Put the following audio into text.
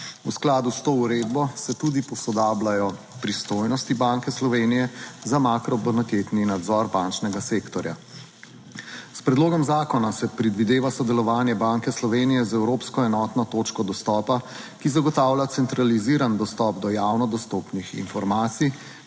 V skladu s to uredbo se tudi posodabljajo pristojnosti Banke Slovenije za makrobonitetni nadzor bančnega sektorja. S predlogom zakona se predvideva sodelovanje Banke Slovenije z evropsko enotno točko dostopa, ki zagotavlja centraliziran dostop do javno dostopnih informacij,